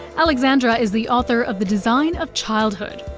alexandra is the author of the design of childhood.